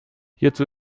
hierzu